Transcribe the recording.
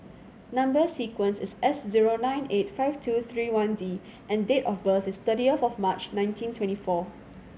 number sequence is S zero nine eight five two three one D and date of birth is thirtieth of March nineteen twenty four